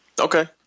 Okay